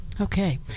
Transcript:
Okay